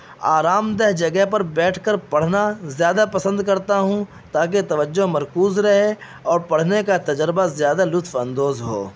آرامدہ جگہ پر بیٹھ کر پڑھنا زیادہ پسند کرتا ہوں تاکہ توجہ مرکوز رہے اور پڑھنے کا تجربہ زیادہ لطف اندوز ہو